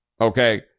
okay